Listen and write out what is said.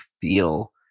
feel